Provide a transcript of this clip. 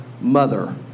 mother